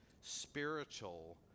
spiritual